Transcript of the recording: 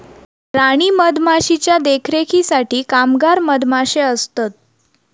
राणी मधमाशीच्या देखरेखीसाठी कामगार मधमाशे असतत